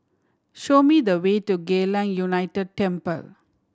show me the way to Geylang United Temple